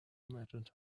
imagined